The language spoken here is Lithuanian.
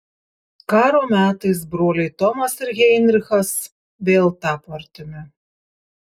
karo metais broliai tomas ir heinrichas vėl tapo artimi